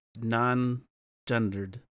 non-gendered